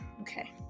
okay